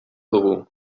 dugu